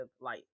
light